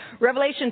Revelation